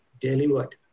delivered